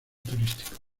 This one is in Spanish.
turísticos